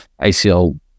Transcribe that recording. ACL